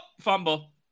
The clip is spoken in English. fumble